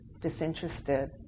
disinterested